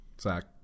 zach